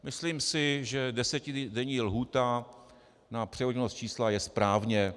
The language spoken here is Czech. Myslím si, že desetidenní lhůta na převoditelnost čísla je správně.